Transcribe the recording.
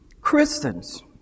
Christians